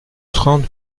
trente